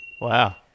Wow